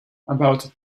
about